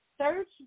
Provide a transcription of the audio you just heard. search